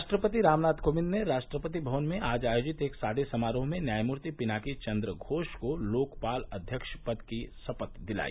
राष्ट्रपति रामनाथ कोविंद ने राष्ट्रपति भवन में आज आयोजित एक सादे समारोह में न्यायमूर्ति पिनाकी चंद्र घोष को लोकपाल अध्यक्ष के पद की शपथ दिलाई